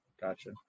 Gotcha